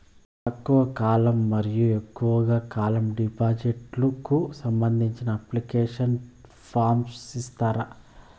తక్కువ కాలం మరియు ఎక్కువగా కాలం డిపాజిట్లు కు సంబంధించిన అప్లికేషన్ ఫార్మ్ ఇస్తారా?